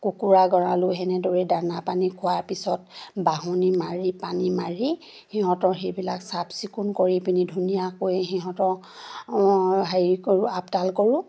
কুকুৰা গঁৰালো সেনেদৰেই দানা পানী খোৱাৰ পিছত বাহনি মাৰি পানী মাৰি সিহঁতৰ সেইবিলাক চাফ চিকুণ কৰি পিনি ধুনীয়াকৈ সিহঁতক হেৰি কৰোঁ আপডাল কৰোঁ